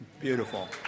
Beautiful